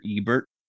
ebert